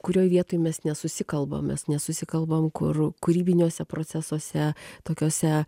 kurioj vietoj mes nesusikalbam mes nesusikalbam kur kūrybiniuose procesuose tokiose